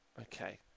okay